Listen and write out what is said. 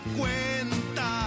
cuenta